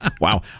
Wow